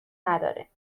نداره